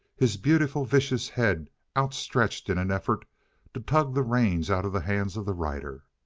his beautiful vicious head outstretched in an effort to tug the reins out of the hands of the rider.